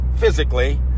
physically